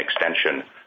extension